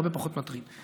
הרבה פחות מטריד.